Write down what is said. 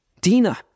Dina